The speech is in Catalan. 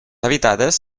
habitades